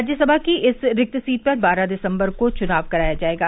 राज्यसभा की इस रिक्त सीट पर बारह दिसम्बर को चुनाव कराया जायेगा